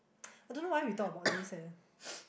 I don't know why we talk about this eh